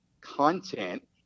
content